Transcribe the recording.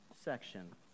section